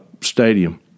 stadium